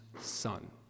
son